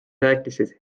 rääkisid